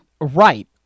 Right